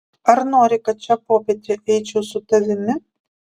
ar nori kad šią popietę eičiau su tavimi